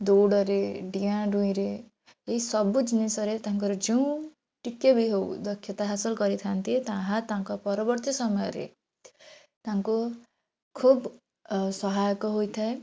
ଦୌଡ଼ରେ ଡିଆଁ ଡୁଇଁରେ ଏଇସବୁ ଜିନିଷରେ ତାଙ୍କର ଯେଉଁ ଟିକେ ବି ହେଉ ଦକ୍ଷତା ହାସଲ କରିଥାନ୍ତି ତାହା ତାଙ୍କ ପରବର୍ତ୍ତୀ ସମୟରେ ତାଙ୍କୁ ଖୁବ୍ ସହାୟକ ହୋଇଥାଏ